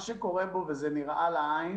מה שקורה כאן וזה נראה לעין